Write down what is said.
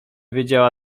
wiedziała